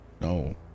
No